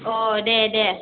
अ दे दे